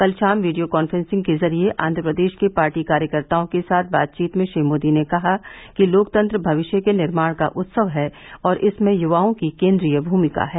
कल शाम video conference के जरिये आंध्र प्रदेश के पार्टी कार्यकर्ताओं के साथ बातचीत में श्री मोदी ने कहा कि लोकतंत्र भविष्य के निर्माण का उत्सव है और इसमें युवाओं की केंद्रीय भूमिका है